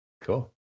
Cool